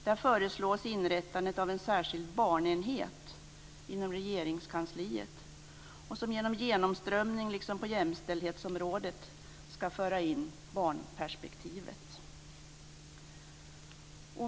Där föreslås inrättandet av en särskild barnenhet inom Regeringskansliet, som genom genomströmning liksom på jämställdhetsområdet skall föra in barnperspektivet.